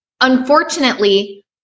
unfortunately